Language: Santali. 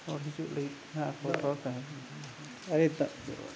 ᱦᱚᱲ ᱦᱤᱡᱩᱜ ᱞᱟᱹᱜᱤᱫ